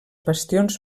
bastions